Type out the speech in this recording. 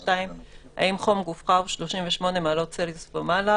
(2)האם חום גופך הוא 38 מעלות צלזיוס ומעלה